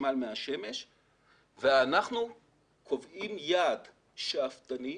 חשמל מהשמש ואנחנו קובעים יעד שאפתני.